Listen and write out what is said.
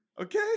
Okay